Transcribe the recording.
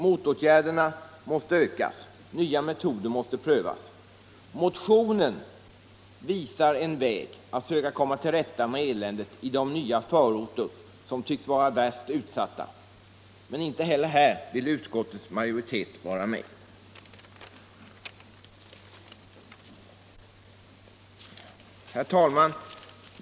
Motåtgärderna måste ökas. Nya metoder måste prövas. Motionen anvisar en väg att söka komma till rätta med eländet i de nya förorter som tycks vara värst utsatta. Men inte heller här vill utskottets majoritet vara med. Herr talman!